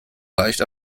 leicht